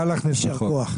מה להכניס לחוק?